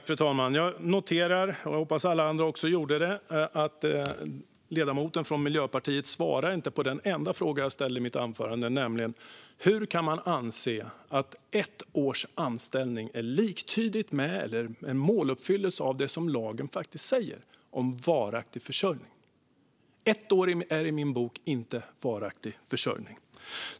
Fru talman! Jag noterar, och jag hoppas att alla andra också gjorde det, att ledamoten från Miljöpartiet inte svarar på den enda fråga jag ställde i mitt anförande, nämligen: Hur kan man anse att ett års anställning är liktydigt med eller en måluppfyllelse av det som lagen faktiskt säger om varaktig försörjning? Ett år är i min bok inte varaktig försörjning.